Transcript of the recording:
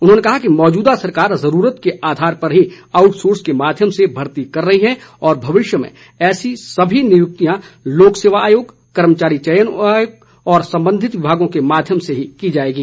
उन्होंने कहा कि मौजूदा सरकार जरूरत के आधार पर ही आउटसोर्स के माध्यम से भर्ती कर रही है और भविष्य में ऐसी सभी नियुक्तियां लोकसेवा आयोग कर्मचारी चयन आयोग और संबंधित विभागों के माध्यम से ही की जाएंगी